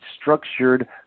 structured